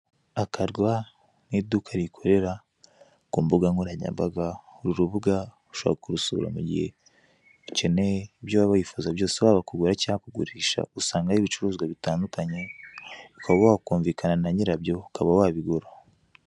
Akarwa ni iduka rikorera ku mbuga nkoranyambaga, uru rubuga ushobora kurusura mu gihe ukeneye ibyo waba wifuza byose, waba kugura cyangwa kugurisha, usangayo ibicuruzwa bitandukanye ukaba wakumvikana na nyirabyo ukaba wabigura.